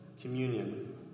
communion